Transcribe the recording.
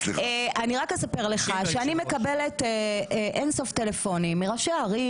אני רק אספר לך שאני מקבלת אין סוף טלפונים מראשי ערים